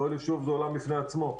כל יישוב זה עולם בפני עצמו,